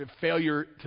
failure